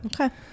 Okay